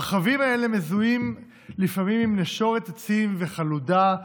הרכבים האלה מזוהים לפעמים עם נשורת עצים וחלודה,